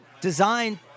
designed